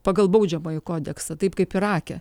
pagal baudžiamąjį kodeksą taip kaip irake